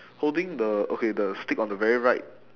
holding the okay the stick on the very right